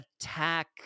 attack